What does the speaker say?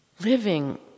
living